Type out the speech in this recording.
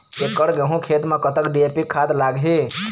एकड़ गेहूं खेत म कतक डी.ए.पी खाद लाग ही?